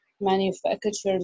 Manufacturers